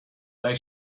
they